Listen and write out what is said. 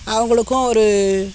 அவங்களுக்கும் ஒரு